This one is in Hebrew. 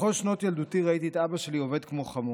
בכל שנות ילדותי ראיתי את אבא שלי עובד כמו חמור,